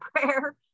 prayer